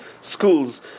schools